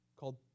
called